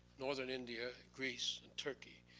northern india, greece, and turkey.